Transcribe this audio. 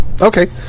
Okay